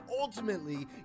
ultimately